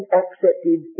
accepted